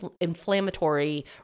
inflammatory